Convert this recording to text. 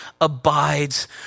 abides